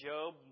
Job